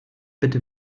bitte